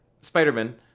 Spider-Man